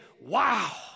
wow